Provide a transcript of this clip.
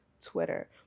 Twitter